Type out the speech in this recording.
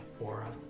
Aura